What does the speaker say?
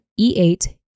E8